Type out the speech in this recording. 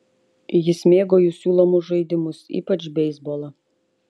jis mėgo jų siūlomus žaidimus ypač beisbolą